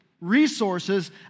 resources